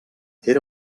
era